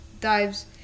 dives